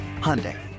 Hyundai